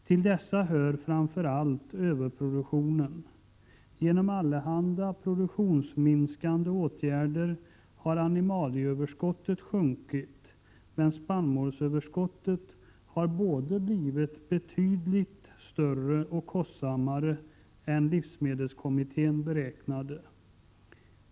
Till dessa hör framför allt överproduktionen. Genom allehanda produktionsminskande åtgärder har animalieöverskottet sjunkit, men spannmålsöverskottet har blivit både större och kostsammare än livsmedelskommittén beräknade.